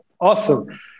awesome